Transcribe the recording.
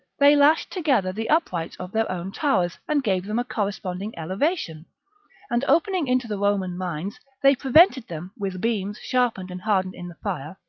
they lashed together the uprights of their own towers, and gave them a corresponding elevation and opening into the roman mines, they prevented them, with beams sharpened and hardened' in the fire,